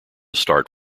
start